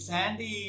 Sandy